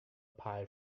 phi